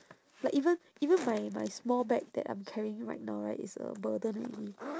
like even even my my small bag that I'm carrying right now right is a burden already